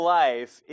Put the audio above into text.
life